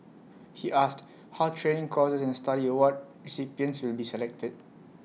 he asked how training courses and study award recipients will be selected